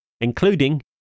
including